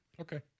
Okay